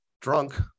drunk